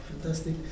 fantastic